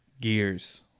gears